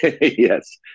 Yes